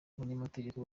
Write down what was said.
abanyamategeko